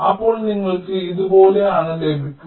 അപ്പോൾ നിങ്ങൾക്ക് ഇതുപോലൊന്ന് ലഭിക്കും